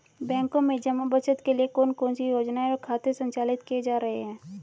बैंकों में जमा बचत के लिए कौन कौन सी योजनाएं और खाते संचालित किए जा रहे हैं?